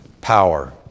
power